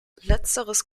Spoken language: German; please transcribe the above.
letzteres